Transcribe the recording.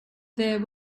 there